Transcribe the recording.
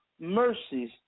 mercies